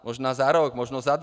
Možná za rok, možná za dva.